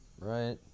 right